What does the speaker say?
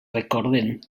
recorden